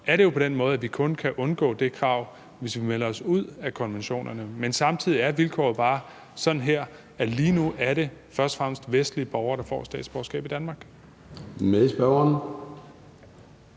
er det jo sådan, at vi kun kan undgå det krav, hvis vi melder os ud af konventionerne. Men samtidig er vilkåret bare sådan, at lige nu er det først og fremmest vestlige borgere, der får statsborgerskab i Danmark. Kl. 14:07 Formanden